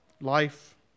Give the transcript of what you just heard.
Life